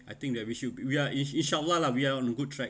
I think that we should we are insha allah lah we are on good track